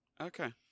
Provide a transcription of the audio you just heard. Okay